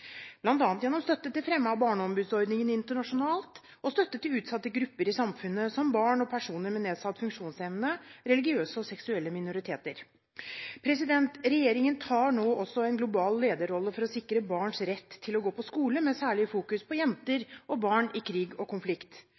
gjennom støtte til fremme av barneombudsordningen internasjonalt og støtte til utsatte grupper i samfunnet, som barn og personer med nedsatt funksjonsevne og religiøse og seksuelle minoriteter. Regjeringen tar nå også en global lederrolle for å sikre barns rett til å gå på skole, med særlig fokus på jenter og barn i krig og konflikt.